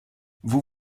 vous